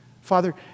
Father